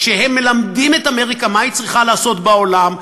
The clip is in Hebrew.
כשהם מלמדים את אמריקה מה היא צריכה לעשות בעולם,